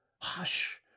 Hush